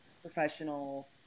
professional